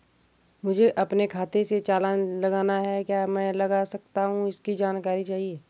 मुझे अपने खाते से चालान लगाना है क्या मैं लगा सकता हूँ इसकी जानकारी चाहिए?